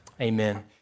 Amen